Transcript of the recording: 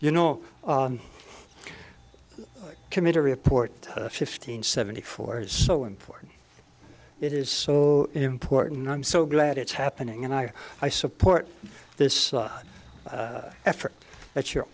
you know committee report fifteen seventy four is so important it is so important i'm so glad it's happening and i i support this effort that you're